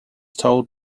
told